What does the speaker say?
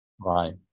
right